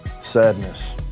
Sadness